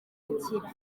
nzakira